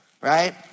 Right